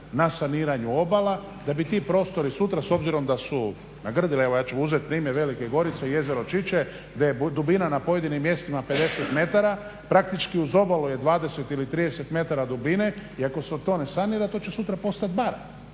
na saniranju obala da bi ti prostori sutra, s obzirom da su nagrdile, evo ja ću uzet primjer Velike Gorice, jezero Čiče gdje je dubina na pojedinim mjestima 50 m, praktički uz obalu je 20 ili 30 metara dubine i ako se to ne sanira to će sutra postat bara.